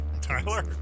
Tyler